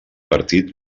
partit